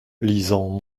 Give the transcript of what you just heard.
lisant